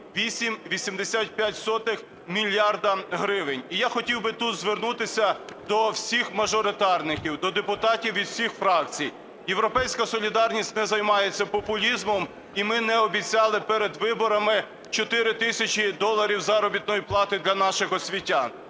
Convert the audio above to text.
8,85 мільярда гривень. І я хотів би тут звернутися до всіх мажоритарників, до депутатів від всіх фракцій. "Європейська солідарність" не займається популізмом, і ми не обіцяли перед виборами 4 тисячі доларів заробітної плати для наших освітян,